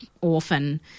Orphan